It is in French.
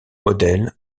modèle